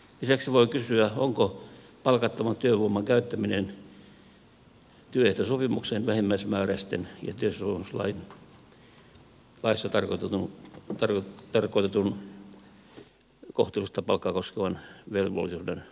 lisäksi voi kysyä onko palkattoman työvoiman käyttäminen työehtosopimuksen vähimmäismääräysten ja työsopimuslaissa tarkoitetun kohtuullista palkkaa koskevan velvollisuuden vastaista